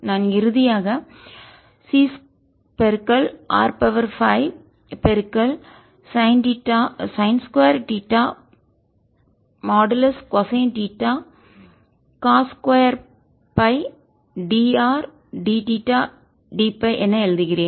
நான் இறுதியாக Cr5சைன்2 theta modulus cosine theta cos 2 pi dr dθdФ என எழுதுகிறேன்